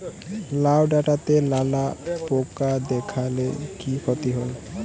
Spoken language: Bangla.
লাউ ডাটাতে লালা পোকা দেখালে কি ক্ষতি হয়?